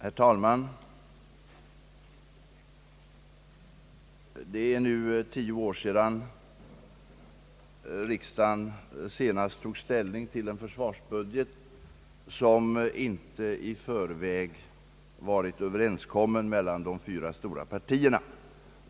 Herr talman! Det är nu tio år sedan riksdagen senast tog ställning till en försvarsbudget som inte i förväg varit överenskommen mellan de fyra stora partierna.